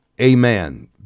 Amen